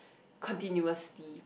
continuously